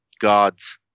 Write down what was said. gods